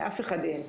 לאף אחד אין.